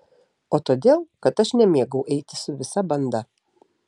o todėl kad aš nemėgau eiti su visa banda